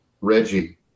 Reggie